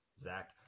Zach